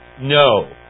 No